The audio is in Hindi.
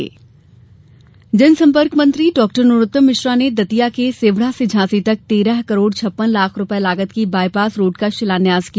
नरोत्तम मिश्र जनसंपर्क मंत्री डॉक्टर नरोत्तम मिश्र ने दतिया के सेवढ़ा से झांसी तक तेरह करोड छप्पन लाख रुपए लागत की बायपास रोड का शिलान्यास किया